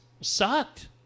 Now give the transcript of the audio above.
sucked